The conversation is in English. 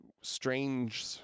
strange